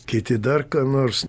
kiti dar ką nors